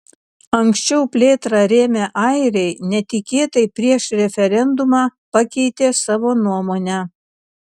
anksčiau plėtrą rėmę airiai netikėtai prieš referendumą pakeitė savo nuomonę